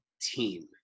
team